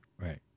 Right